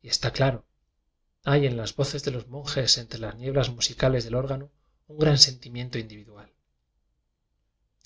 y está claro hay en las voces de los monjes entre las nieblas musicales del órgano un gran sentimiento individual